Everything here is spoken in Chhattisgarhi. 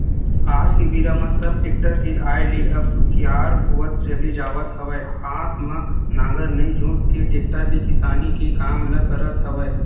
आज के बेरा म सब टेक्टर के आय ले अब सुखियार होवत चले जावत हवय हात म नांगर नइ जोंत के टेक्टर ले किसानी के काम ल करत हवय